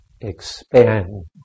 Expand